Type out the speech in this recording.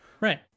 Right